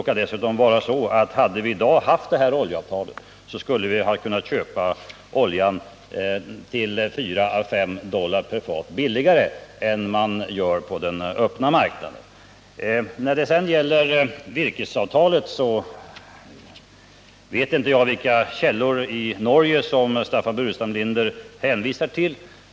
Hade vi redan i dag haft det här oljeavtalet, skulle vi ha kunnat köpa Nordsjöoljan fyra å fem dollar billigare per fat än vad man kan göra på den öppna marknaden. När det sedan gäller virkesavtalet vet jag inte vilka källor i Norge som Staffan Burenstam Linder hänvisar till.